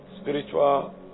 spiritual